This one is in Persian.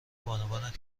بانوان